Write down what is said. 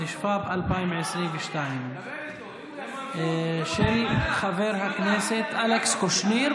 התשפ"ב 2022, של חבר הכנסת אלכס קושניר.